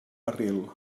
barril